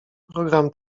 program